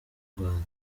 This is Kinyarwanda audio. rwanda